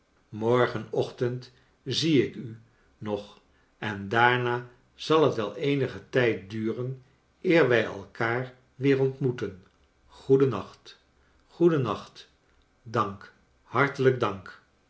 morgenochtend zie ik u nog en daarna zal het wel eenigen tijd duren eer wij elkaar weer ontmoeten goeden nacht g-oeden nacht dank hartelijk dank